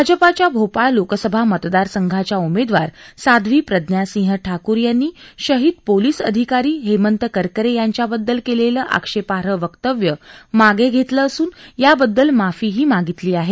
भाजपच्या भोपाळ लोकसभा मतदार संघाच्या उमेदवार साध्वी प्रज्ञासिंह ठाकूर यांनी शहीद पोलिस अधिकारी हेमंत करकरे यांच्याबद्दल केलेलं आक्षेपार्ह वक्तव्य मागे घेतलं असून याबद्दल माफीही मागितली आहे